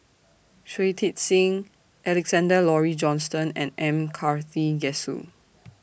Shui Tit Sing Alexander Laurie Johnston and M Karthigesu